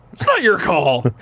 it's not your call.